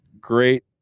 great